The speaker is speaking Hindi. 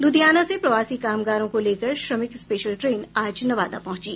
लुधियाना से प्रवासी कामकारों को लेकर श्रमिक स्पेशल ट्रेन आज नवादा पहुंची